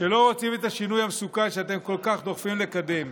שלא רוצים את השינוי המסוכן שאתם כל כך דוחפים לקדם.